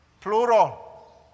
Plural